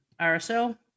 RSL